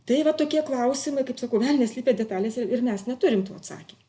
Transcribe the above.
tai va tokie klausimai kaip sakau velnias slypi detalėse ir mes neturim to atsakymo